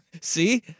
see